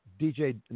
DJ